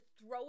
throw